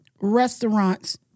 restaurants